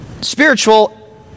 spiritual